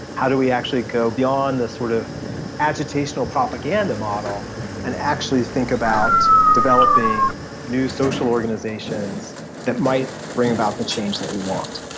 how do we actually go beyond the sort of agitational propaganda model and actually think about developing new social organisations that might bring about the change that we want.